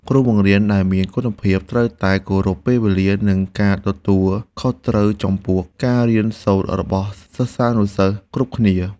គ្រូបង្រៀនដែលមានគុណភាពត្រូវតែគោរពពេលវេលានិងមានការទទួលខុសត្រូវខ្ពស់ចំពោះការរៀនសូត្ររបស់សិស្សានុសិស្សគ្រប់គ្នា។